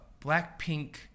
Blackpink